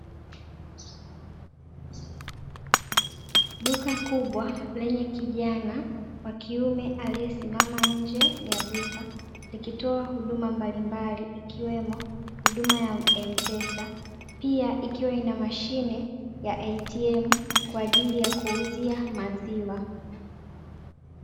Duka kubwa lenye kijana wa kiume aliyesimama nje ya duka, likitoa huduma mbalimbali ikiwemo huduma ya "M-Pesa". Pia ikiwa na mashine ya "ATM" kwa ajili ya kuuzia maziwa.